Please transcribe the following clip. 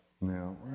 Now